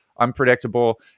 unpredictable